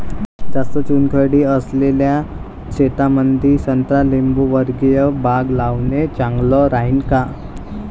जास्त चुनखडी असलेल्या शेतामंदी संत्रा लिंबूवर्गीय बाग लावणे चांगलं राहिन का?